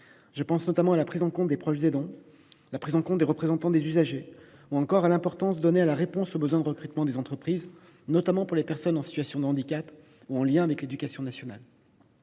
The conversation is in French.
Je pense, notamment, à la prise en compte des proches aidants ou des représentants des usagers et à l’importance donnée à la réponse aux besoins de recrutement des entreprises, notamment au bénéfice des personnes en situation de handicap, ou au lien avec l’éducation nationale.